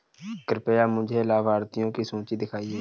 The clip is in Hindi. कृपया मुझे लाभार्थियों की सूची दिखाइए